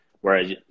whereas